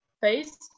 face